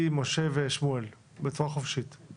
מה חושבים אנשי הרשויות